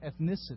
ethnicity